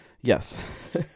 yes